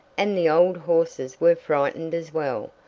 and the old horses were frightened as well,